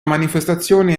manifestazione